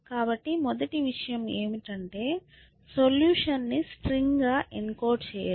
కాబట్టి మొదటి విషయం ఏమిటంటే సొల్యూషన్ ని స్ట్రింగ్గా ఎన్కోడ్ చేయడం